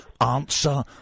Answer